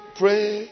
pray